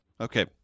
Okay